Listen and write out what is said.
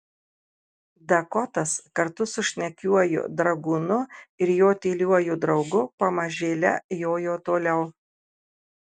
dakotas kartu su šnekiuoju dragūnu ir jo tyliuoju draugu pamažėle jojo toliau